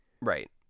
Right